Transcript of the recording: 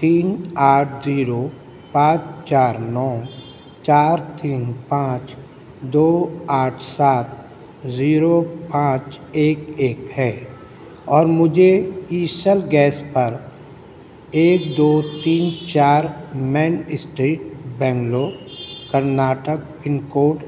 تین آٹھ زیرو پانچ چار نو چار تین پانچ دو آٹھ سات زیرو پانچ ایک ایک ہے اور مجھے ایسل گیس پر ایک دو تین چار main street Bangalore Karnataka pin code